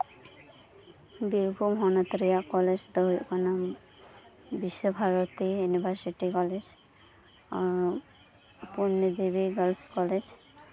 ᱵᱤᱨᱵᱷᱩᱢ ᱦᱚᱱᱚᱛ ᱨᱮᱭᱟᱜ ᱠᱚᱞᱮᱡᱽ ᱫᱚ ᱦᱩᱭᱩᱜ ᱠᱟᱱᱟ Visva Bharati university college Purnidevi girls college